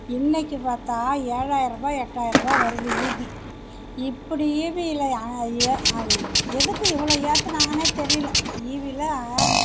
இன்னிக்கி பார்த்தா ஏழாயிரம் ரூபாய் எட்டாயிரம் ரூபாய் வருது ஈபி இப்படி ஈபியில் ஆனால் அது எதுக்கு இவ்வளோ ஏற்றினாங்கனே தெரியல ஈபியெலாம்